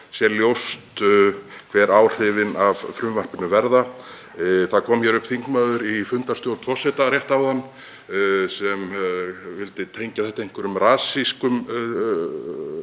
sé ljóst hver áhrifin af frumvarpinu verða. Það kom hér upp þingmaður í fundarstjórn forseta rétt áðan sem vildi tengja þetta einhverjum rasískum